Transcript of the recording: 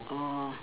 oh